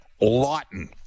Lawton